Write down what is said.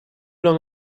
lang